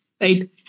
Right